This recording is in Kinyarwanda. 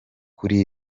kuri